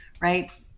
right